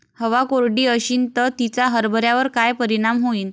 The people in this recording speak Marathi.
हवा कोरडी अशीन त तिचा हरभऱ्यावर काय परिणाम होईन?